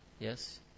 Yes